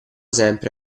sempre